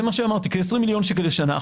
כ-20 מיליון שקל בשנה.